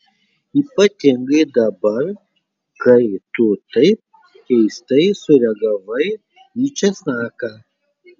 ypatingai dabar kai tu taip keistai sureagavai į česnaką